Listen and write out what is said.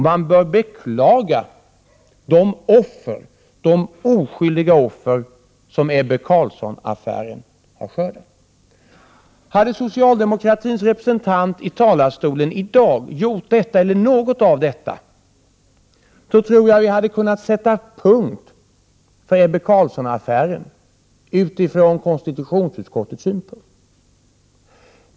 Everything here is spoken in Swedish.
Man bör beklaga de oskyldiga offer som Ebbe Carlsson-affären har skördat. Hade socialdemokraternas representant i talarstolen i dag gjort något av detta, tror jag att vi skulle ha kunnat sätta punkt för Ebbe Carlsson-affären utifrån konstitutionsutskottets synpunkt.